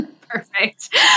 Perfect